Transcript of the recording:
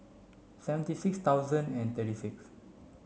seventy six thousand and thirty six